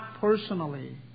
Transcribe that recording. personally